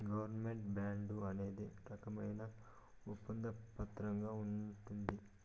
government bond అనేది రకమైన ఒప్పంద పత్రంగా ఉంటది